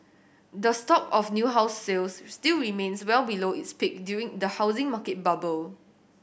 the stock of new house sales still remains well below its peak during the housing market bubble